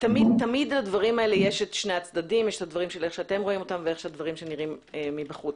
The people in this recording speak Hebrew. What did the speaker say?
תמיד יש שני הצדדים: איך אתה מכיר את הדברים ואיך הדברים נראים מבחוץ.